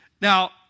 Now